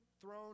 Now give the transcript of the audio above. throne